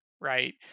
right